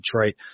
Detroit